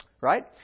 right